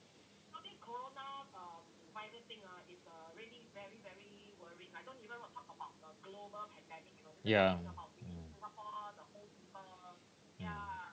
ya mm mm